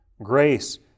grace